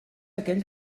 aquell